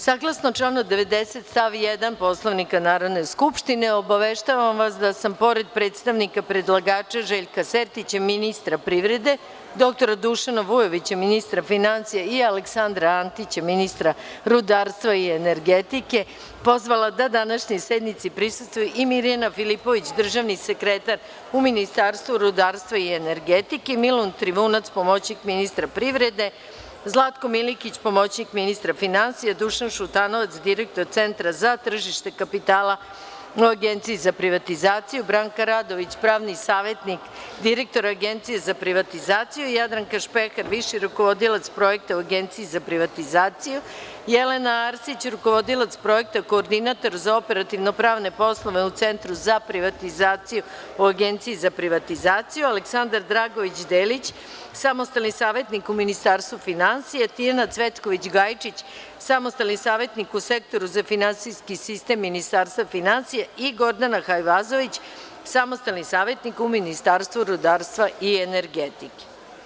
Saglasno članu 90. stav 1. Poslovnika Narodne skupštine, obaveštavam vas da sam, pored predstavnika predlagača Željka Sertića, ministra privrede, dr Dušana Vujovića, ministra finansija i Aleksandra Antića, ministra rudarstva i energetike, pozvala da današnjoj sednici prisustvuju i Mirjana Filipović, državni sekretar u Ministarstvu rudarstva i energetike, Milun Trivunac, pomoćnik ministra privrede, Zlatno Milikić, pomoćnik ministra finansija, Dušan Šutanovac, direktor Centra za tržište kapitala u Agenciji za privatizaciju, Branka Radović, pravni savetnik direktora Agencije za privatizaciju, Jadranka Špehar, viši rukovodilac projekta u Agenciji za privatizaciju, Jelena Arsić, rukovodilac projekta – koordinator za operativno pravne poslove u Centru za privatizaciju u Agenciji za privatizaciju, Aleksandra Dragović Delić, samostalni savetnik u Ministarstvu finansija, Tijana Cvetković Gajičić, samostalni savetnik u Sektoru za finansijski sistem Ministarstva finansija, i Gordana Hajvazović, samostalni savetnik u Ministarstvu rudarstva i energetike.